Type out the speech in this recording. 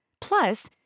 Plus